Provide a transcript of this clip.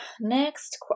Next